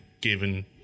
given